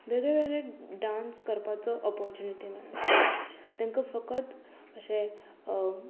वेगळे वेगळे डांस करपाचो ऑपोर्चुनिटी मेळटा तेंका फकत अशें